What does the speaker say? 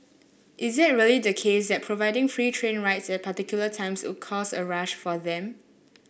is it really the case that providing free train rides at particular times would cause a rush for them